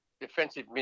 Defensive